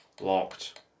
Locked